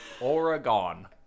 oregon